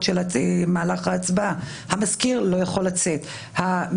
למזכיר הקלפי יש חובה לרשום גם את הכניסה והיציאה של